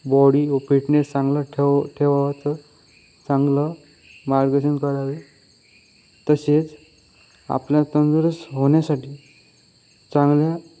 body व fitness चांगला ठेव ठेवायचं चांगलं मार्गदर्शन करावे तसेच आपल्या तंदुरुस्त होण्यासाठी चांगल्या